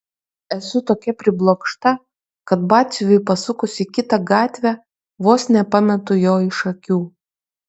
esu tokia priblokšta kad batsiuviui pasukus į kitą gatvę vos nepametu jo iš akių